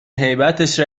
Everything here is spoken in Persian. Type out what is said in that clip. هیبتش